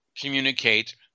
communicate